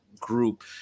group